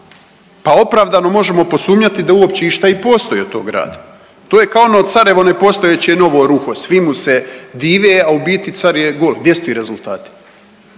pa opravdano možemo posumnjati da uopće išta i postoji od tog rada. To je kao ono carevo nepostojeće novo ruho, svi mu se dive, a u biti car je gol, gdje su ti rezultati?